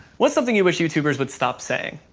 what's something you wish youtubers would stop saying?